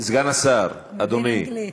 סגן השר, אדוני,